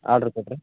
order ಕೊಟ್ಟರೆ